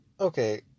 okay